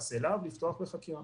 ותאמין לי, אני אקשיב לך ברוב קשב.